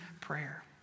prayer